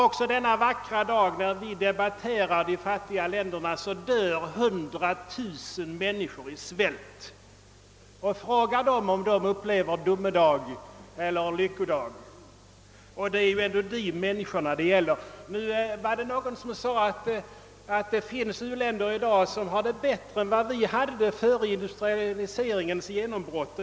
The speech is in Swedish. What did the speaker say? Också denna vackra dag, när vi debatterar de fattiga länderna, dör hundratusen människor i svält. Fråga dem, om de upplever en domedag eller en lyckodag! Det är ju ändå dessa människor det gäller. Det var någon som sade att det finns u-länder som har det bättre i dag än vad vi i Sverige hade det före industrialiseringens genombrott.